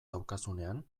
daukazunean